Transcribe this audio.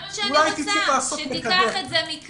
זה מה שאני רוצה, שתיקח את זה מכאן